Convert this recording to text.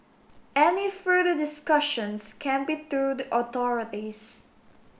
any further discussions can be through the authorities